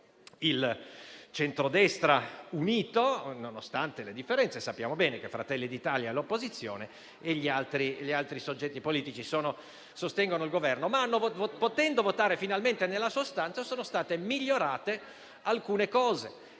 il centrodestra unito, nonostante le differenze - sappiamo bene che Fratelli d'Italia sta all'opposizione mentre gli altri soggetti politici sostengono il Governo - potendo votare finalmente nella sostanza, sono state migliorate alcune misure.